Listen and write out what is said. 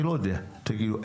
אני לא יודע, תגידו.